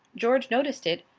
george noticed it,